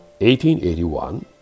1881